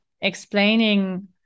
explaining